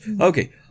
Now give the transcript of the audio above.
Okay